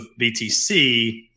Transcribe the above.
BTC